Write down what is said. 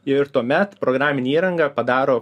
ir tuomet programinė įranga padaro